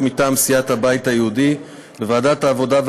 מטעם סיעת הבית היהודי: בוועדת העבודה,